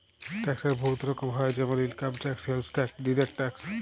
ট্যাক্সের বহুত রকম হ্যয় যেমল income tax, sales tax, direct tax